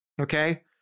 Okay